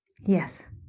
yes